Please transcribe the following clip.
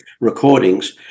recordings